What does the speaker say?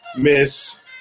Miss